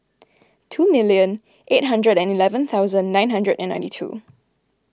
two million eight hundred and eleven thousand nine hundred and ninety two